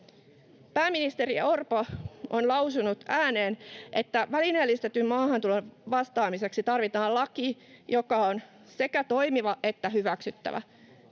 Pääministeri Orpo on lausunut ääneen, että välineellistetyn maahantulon vastaamiseksi tarvitaan laki, joka on sekä toimiva että hyväksyttävä.